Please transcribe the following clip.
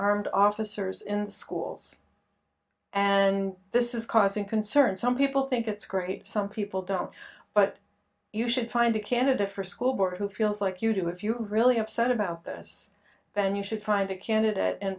armed officers in schools and this is causing concern some people think it's great some people don't but you should find a candidate for school board who feels like you do if you're really upset about this then you should find a candidate and